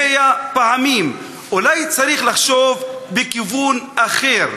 100 פעמים, אולי צריך לחשוב בכיוון אחר?